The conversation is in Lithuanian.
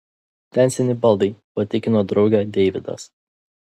ten seni baldai patikino draugę deividas